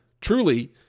truly